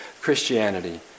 Christianity